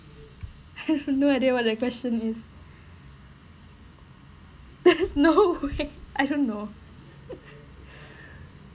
no idea what the question is no way I don't know